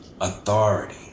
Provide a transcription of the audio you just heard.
authority